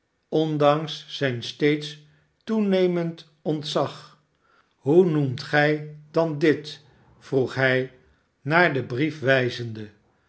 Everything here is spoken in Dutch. ondanks zijn steeds toenemend ontzag hoe noemt gij dan dit vroeg hij naar den brief wijzende